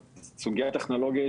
אז הסוגייה הטכנולוגית,